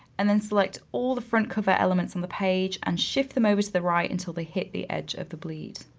and then select all the front cover elements in the page, and shift them over to the right until they hit the edge of the bleed.